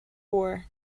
war